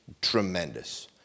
Tremendous